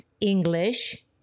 English